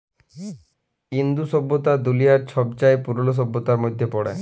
ইন্দু সইভ্যতা দুলিয়ার ছবচাঁয়ে পুরল সইভ্যতাদের মইধ্যে পড়ে